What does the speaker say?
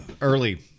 early